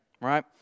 right